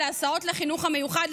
להסעות לחינוך המיוחד,